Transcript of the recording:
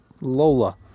Lola